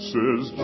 Says